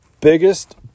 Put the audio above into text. biggest